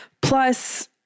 plus